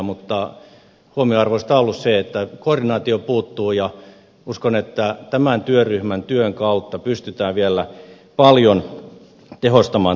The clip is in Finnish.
mutta huomionarvoista on ollut se että koordinaatio puuttuu ja uskon että tämän työryhmän työn kautta pystytään vielä paljon tehostamaan toimenpiteitä